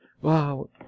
Wow